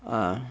ah